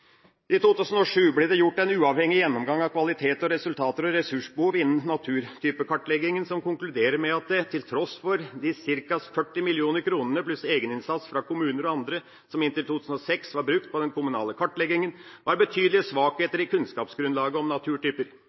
I 2007 ble det gjort en uavhengig gjennomgang av kvalitet, resultater og ressursbehov innenfor naturtypekartlegging som konkluderer med at det, til tross for de ca. 40 mill. kr pluss egeninnsats fra kommuner og andre som inntil 2006 var brukt på den kommunale kartleggingen, var betydelige svakheter i kunnskapsgrunnlaget om naturtyper.